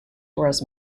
whereas